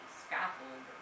scaffold